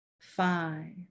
Five